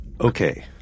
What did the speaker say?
Okay